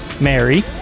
Mary